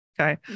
Okay